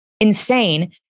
insane